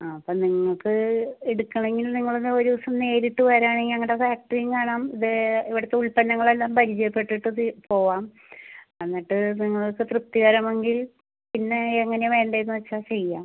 ആ അപ്പം നിങ്ങൾക്ക് എടുക്കണമെങ്കിൽ നിങ്ങൾ എന്നാൽ ഒരു ദിവസം നേരിട്ട് വരുകയാണെങ്കിൽ ഞങ്ങളുടെ ഫാക്ടറിയും കാണാം ഇത് ഇവിടുത്തെ ഉൽപ്പന്നങ്ങളെല്ലാം പരിചയപ്പെട്ടിട്ടത് പോവാം എന്നിട്ട് നിങ്ങൾക്ക് തൃപ്തികരമെങ്കിൽ പിന്നെ എങ്ങനെയാണ് വേണ്ടത് എന്ന് വെച്ചാൽ ചെയ്യാം